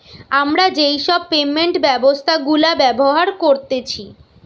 আমরা যেই সব পেমেন্ট ব্যবস্থা গুলা ব্যবহার করতেছি